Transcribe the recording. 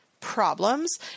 problems